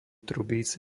trubíc